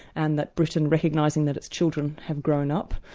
and that britain, recognising that its children have grown up.